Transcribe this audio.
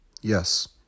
Yes